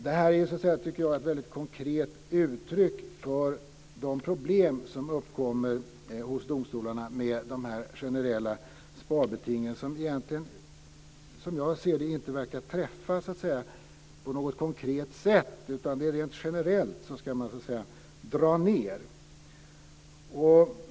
Det här är, tycker jag, ett väldigt konkret uttryck för de problem som uppkommer hos domstolarna med de generella sparbetingen, som egentligen, som jag ser det, inte verkar träffa på något konkret sätt. Rent generellt ska man så att säga dra ned.